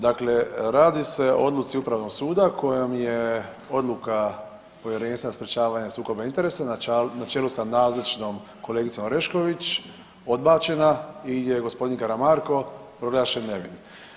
Dakle, radi se o odluci Upravnog suda kojom je odluka Povjerenstva za sprječavanje sukoba interesa na čelu sa nazočnom kolegicom Orešković odbačena i gdje je g. Karamarko proglašen nevin.